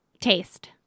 taste